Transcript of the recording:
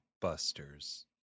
Buster's